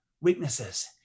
weaknesses